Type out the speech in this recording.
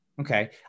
Okay